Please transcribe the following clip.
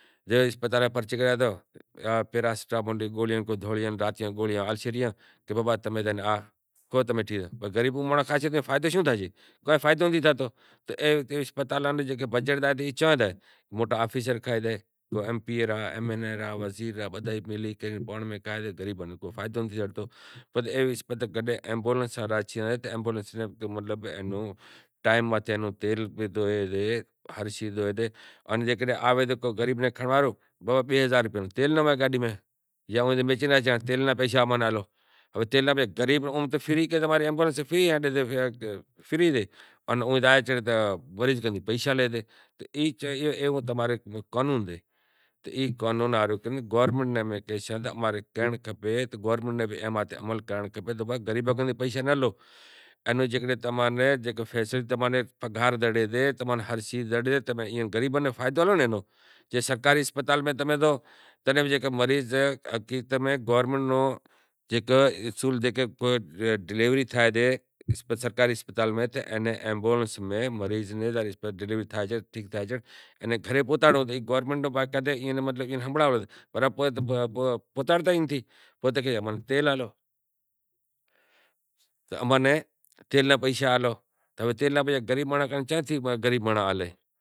اے اسپتال میں پرچی کڈھانڑا تو پعراسٹامول نی گوریاں آلشیں کہ بھائی کھا غریب مانڑو ای کھاشے تو فائدو شوں تھاسے ۔ گورمینٹ نی بجیٹ زائے تی چیاں زائے تی، موٹا آفیسر کھائی زائیں کو ایم پی اے رہا ایم این اے رہا وزیر رہا بدہا ئیکھائی زائیں غریباں ناں کوئی فایدو ئی نتھی تھاتو۔ بس ایوی اسپتال کاڈھیں ایمبولینس آلیں جے آوے تو غریب ناں کھنڑنڑ ہاروں کہیں بابا بئے ہزار ڈو تیل ناں جاں امیں بیشے راہشاں تیل ناں پیشا امیں ہالو ہوے غریب تو زائے چیاں زائے۔ ایمبولینس تو فری سے پر اوئیں مریض تھیں پیشا لئے ایوو تو قانون سے امیں گورنمینٹ ناں ایم کرنڑ کھپے کہ بھائی غریباں کن پیشا ناں لیو تماں نیں پگھار زڑے ہر سیز زڑے تمیں غریباں ناں فائدو ڈو۔ سرکاری اسپتال میں زے ڈلیوری تھائے تو گھرے پوہتا نو گورمینٹ نو فرض سے۔ غریب مانڑاں نی کے تھاں پیشا آلیں،